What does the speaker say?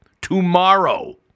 Tomorrow